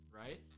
right